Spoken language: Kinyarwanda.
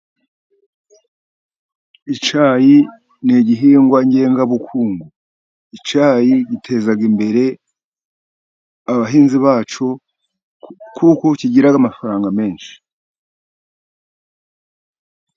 Icyayi ni igihingwa ngengabukungu. Icyayi giteza imbere abahinzi bacyo, kuko kigira amafaranga menshi.